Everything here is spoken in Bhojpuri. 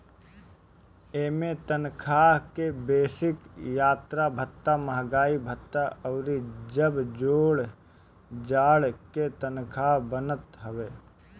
इमें तनखा के बेसिक, यात्रा भत्ता, महंगाई भत्ता अउरी जब जोड़ जाड़ के तनखा बनत हवे